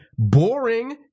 boring